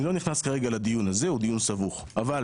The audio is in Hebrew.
אני לא נכנס כרגע לדיון הזה, הוא דיון סבוך, אבל